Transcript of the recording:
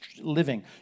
living